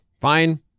Fine